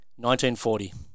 1940